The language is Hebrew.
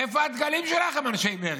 איפה הדגלים שלכם, אנשי מרצ?